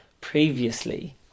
Previously